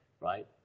right